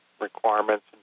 requirements